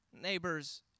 Neighbors